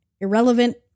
irrelevant